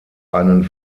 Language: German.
einen